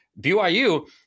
BYU